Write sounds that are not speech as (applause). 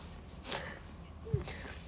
(breath)